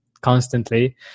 constantly